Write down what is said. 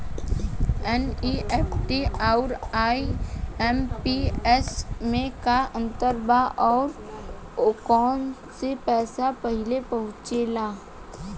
NEFT आउर IMPS मे का अंतर बा और आउर कौना से पैसा पहिले पहुंचेला?